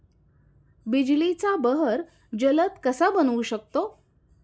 बिजलीचा बहर जलद कसा बनवू शकतो?